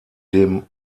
dem